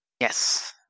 Yes